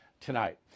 tonight